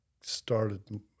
started